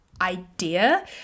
idea